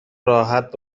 راحت